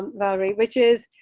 valerie, which is,